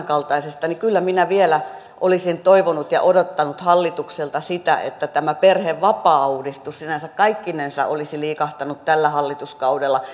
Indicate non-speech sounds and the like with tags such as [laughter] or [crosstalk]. [unintelligible] kaltaisista minä olisin kyllä vielä toivonut ja odottanut hallitukselta sitä että perhevapaauudistus sinänsä kaikkinensa olisi liikahtanut tällä hallituskaudella [unintelligible]